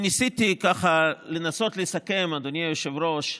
ניסיתי, ככה, לסכם, אדוני היושב-ראש,